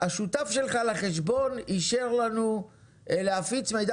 השותף שלך לחשבון אישר לנו להפיץ מידע